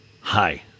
Hi